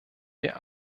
wir